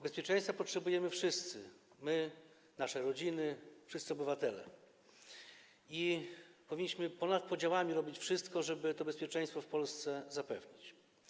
Bezpieczeństwa potrzebujemy wszyscy, my, nasze rodziny, wszyscy obywatele, i powinniśmy ponad podziałami robić wszystko, żeby to bezpieczeństwo w Polsce zapewnić.